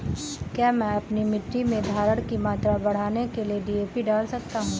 क्या मैं अपनी मिट्टी में धारण की मात्रा बढ़ाने के लिए डी.ए.पी डाल सकता हूँ?